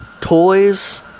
toys